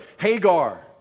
Hagar